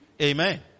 amen